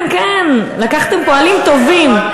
כן, כן, לקחתם פועלים טובים.